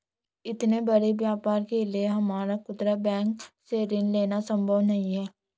इतने बड़े व्यापार के लिए हमारा खुदरा बैंक से ऋण लेना सम्भव नहीं है